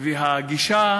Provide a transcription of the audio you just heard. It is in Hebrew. והגישה